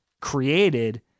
created